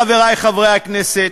חברי חברי הכנסת,